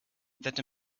that